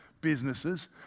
businesses